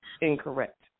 incorrect